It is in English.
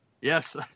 Yes